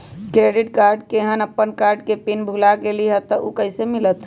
Credit card केहन अपन card के पिन भुला गेलि ह त उ कईसे मिलत?